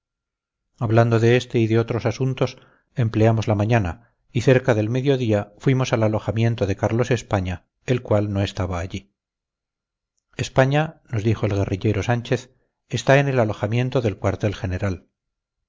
hablando de este y de otros asuntos empleamos la mañana y cerca del medio día fuimos al alojamiento de carlos españa el cual no estaba allí españa nos dijo el guerrillero sánchez está en el alojamiento del cuartel general